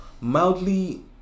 mildly